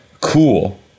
cool